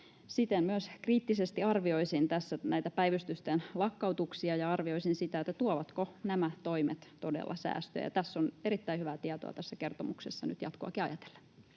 Siten myös kriittisesti arvioisin tässä näitä päivystysten lakkautuksia ja arvioisin sitä, tuovatko nämä toimet todella säästöjä. Tässä kertomuksessa on erittäin hyvää tietoa nyt jatkoakin ajatellen.